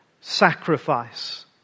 sacrifice